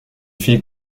fille